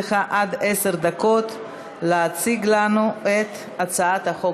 רבותי, אנחנו עוברים להצעת החוק הבאה: הצעת חוק